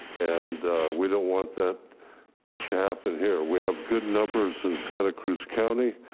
and we don't want that ah to happen here. we have good numbers in santa cruz county,